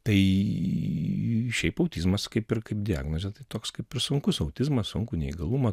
tai šiaip autizmas kaip ir kaip diagnozė tai toks kaip ir sunkus autizmas sunkų neįgalumą